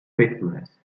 faithfulness